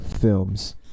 Films